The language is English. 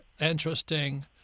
interesting